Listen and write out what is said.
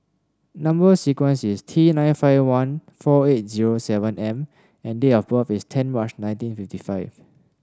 number sequence is T nine five one four eight zero seven M and date of birth is ten March nineteen fifty five